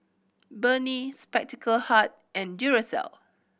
Burnie Spectacle Hut and Duracell